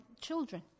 children